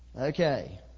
Okay